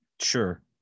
Sure